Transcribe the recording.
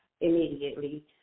immediately